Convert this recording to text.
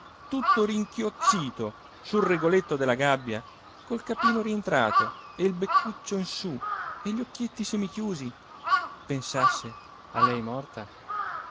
tutto rinchioccito sul regoletto della gabbia col capino rientrato e il beccuccio in su e gli occhietti semichiusi pensasse a lei morta